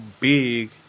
big